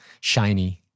shiny